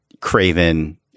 craven